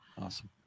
awesome